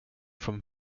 from